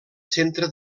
centre